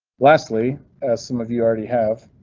lastly, as some of you already have.